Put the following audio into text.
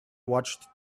watched